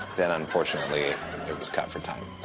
then unfortunately it was cut for time.